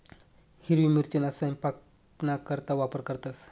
हिरवी मिरचीना सयपाकना करता वापर करतंस